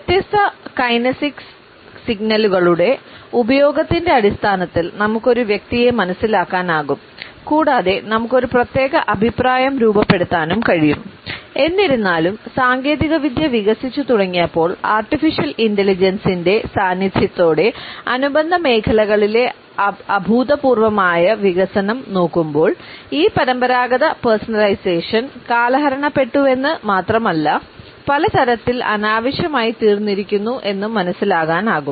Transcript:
വ്യത്യസ്ത കൈനെസിക്സ് സാന്നിധ്യത്തോടെ അനുബന്ധ മേഖലകളിലെ അഭൂതപൂർവമായ വികസനം നോക്കുമ്പോൾ ഈ പരമ്പരാഗത പേഴ്സണലൈസേഷൻ കാലഹരണപ്പെട്ടുവെന്ന് മാത്രമല്ല പല തരത്തിൽ അനാവശ്യമായിത്തീർന്നിരിക്കുന്നു എന്നും മനസ്സിലാക്കാനാകും